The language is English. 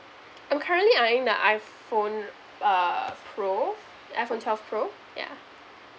I'm currently eyeing the iphone uh pro iphone twelve pro yeah